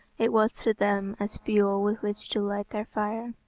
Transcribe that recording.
it was to them as fuel with which to light their fire.